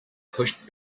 pushed